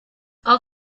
all